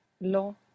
lo